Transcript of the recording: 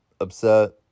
upset